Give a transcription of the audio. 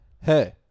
Hey